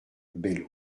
belle